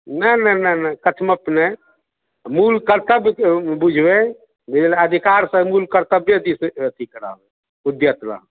नहि नहि नहि नहि कछ्मछ नहि मूल कर्तव्य बुझबै जाहि लेल अधिकारसँ मूल कर्तव्ये दिश अथी करब उद्द्यत रहब